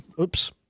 Oops